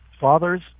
fathers